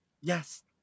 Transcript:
yes